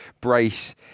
brace